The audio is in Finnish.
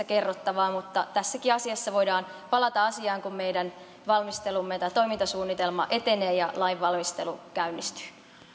kerrottavaa mutta tässäkin asiassa voidaan palata asiaan kun meidän valmistelumme ja tämä toimintasuunnitelma etenee ja lain valmistelu käynnistyy